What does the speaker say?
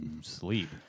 sleep